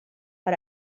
per